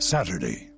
Saturday